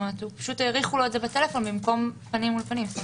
האריכו לו את זה בטלפון במקום פנים אל פנים.